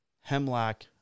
hemlock